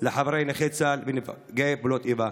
לחבריי נכי צה"ל ונפגעי פעולות האיבה.